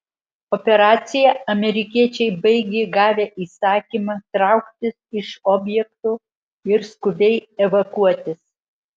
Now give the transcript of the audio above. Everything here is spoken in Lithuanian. operaciją amerikiečiai baigė gavę įsakymą trauktis iš objekto ir skubiai evakuotis